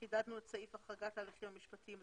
את סעיף החרגת ההליכים המשפטיים.